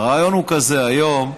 הרעיון הוא כזה: היום,